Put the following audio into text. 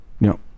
No